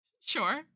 Sure